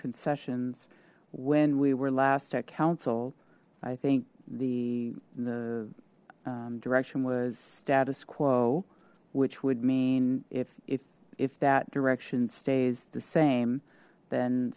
concessions when we were last at council i think the direction was status quo which would mean if if if that direction stays the same then